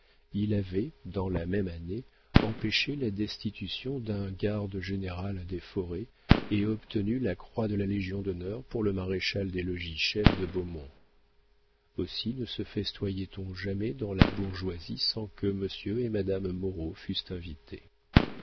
il avait dans la même année empêché la destitution d'un garde général des forêts et obtenu la croix de la légion-d'honneur pour le maréchal des logis chef de beaumont aussi ne se festoyait on jamais dans la bourgeoisie sans que monsieur et madame moreau fussent invités